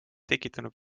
tekitanud